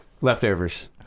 Leftovers